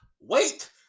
Wait